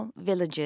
villages